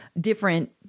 different